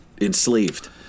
enslaved